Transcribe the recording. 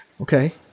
Okay